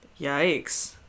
yikes